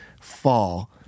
fall